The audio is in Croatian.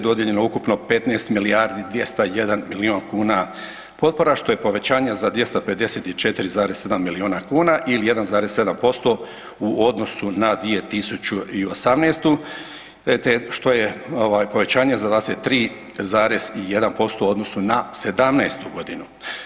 Dodijeljeno ukupno 15 milijardi 201 milijun kuna potpora što je povećanje za 254,7 milijuna kuna ili 1,7% u odnosu na 2018. te što je povećanje za 23,1% u odnosu na sedamnaestu godinu.